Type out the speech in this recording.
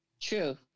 True